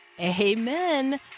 Amen